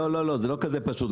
לא לא זה לא כזה פשוט,